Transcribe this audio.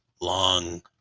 long